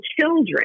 children